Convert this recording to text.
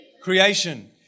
creation